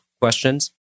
questions